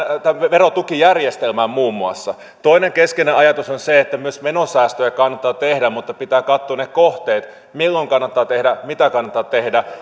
verotukijärjestelmään muun muassa toinen keskeinen ajatus on se että myös menosäästöjä kannattaa tehdä mutta pitää katsoa ne kohteet milloin kannattaa tehdä mitä kannattaa tehdä